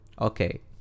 Okay